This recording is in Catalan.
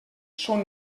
són